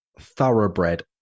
thoroughbred